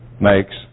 makes